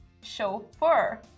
Chauffeur